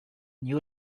new